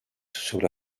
sobre